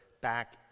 back